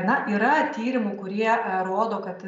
na yra tyrimų kurie rodo kad